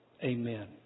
Amen